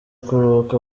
kuruhuka